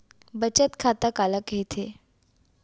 बचत खाता काला कहिथे?